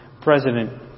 President